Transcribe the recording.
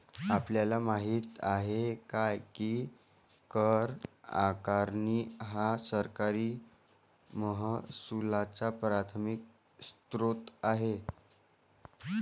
आपल्याला माहित आहे काय की कर आकारणी हा सरकारी महसुलाचा प्राथमिक स्त्रोत आहे